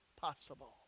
possible